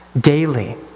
daily